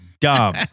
dumb